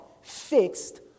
fixed